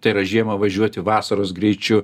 tai yra žiemą važiuoti vasaros greičiu